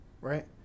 right